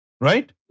Right